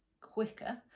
quicker